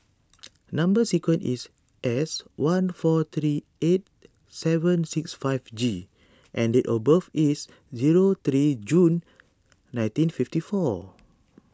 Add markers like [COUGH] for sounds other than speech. [NOISE] Number Sequence is S one four three eight seven six five G and date of birth is zero three June nineteen fifty four